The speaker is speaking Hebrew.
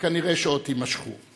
וכנראה עוד יימשכו.